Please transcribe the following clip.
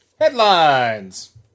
headlines